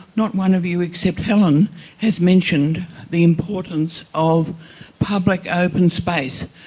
not one of you except helen has mentioned the importance of public open space.